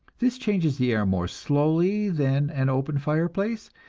this changes the air more slowly than an open fireplace,